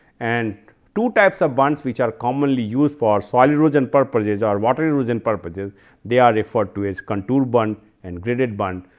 and two types of bonds which are commonly used for soil erosion purposes or water erosion purposes they are referred to as contour bund and graded bund.